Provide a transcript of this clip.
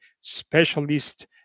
specialist